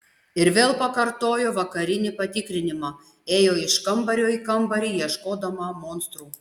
ir vėl pakartojo vakarinį patikrinimą ėjo iš kambario į kambarį ieškodama monstrų